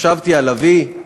חשבתי על אבי,